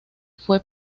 fue